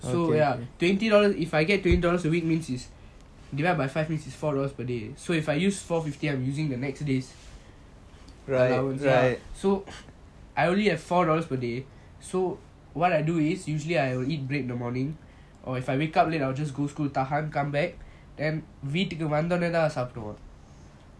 so I'm twenty dollars if I get twenty dollars a week means is divide by five means is four dollars per day so if I use four fifty I'm using the next day allowance right so I only have four dollars per day so what I do is usually I will eat bread in the morning or if I wake up late I will just go school tahan comeback and வீட்டுக்கு வந்த ஒடனே தான் சாப்பிடுவான்:veetuku vantha odaney thaan sapduvan